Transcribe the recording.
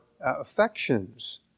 affections